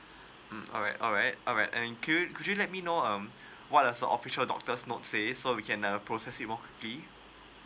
mm alright alright alright and could you could you let me know um what does a official doctors note say so we can uh process it